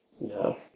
No